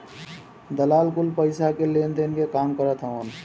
दलाल कुल पईसा के लेनदेन के काम करत हवन